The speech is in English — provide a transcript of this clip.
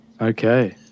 okay